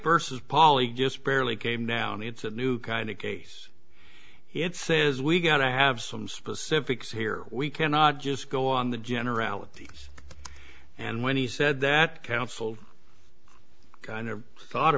vs poly just barely came down it's a new kind of case it says we got to have some specifics here we cannot just go on the generalities and when he said that counsel i never thought